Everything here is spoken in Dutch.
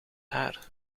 haar